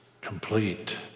complete